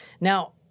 Now